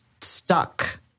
stuck